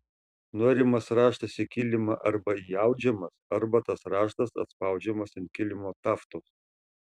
norimas raštas į kilimą arba įaudžiamas arba tas raštas atspaudžiamas ant kilimo taftos